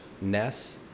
ness